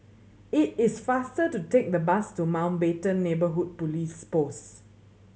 it is faster to take the bus to Mountbatten Neighbourhood Police Post